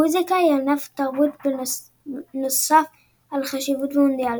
המוזיקה היא ענף תרבות נוסף בעל חשיבות במונדיאל.